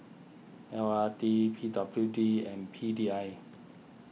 L R T P W D and P D I